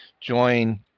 join